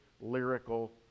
lyrical